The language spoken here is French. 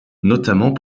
notamment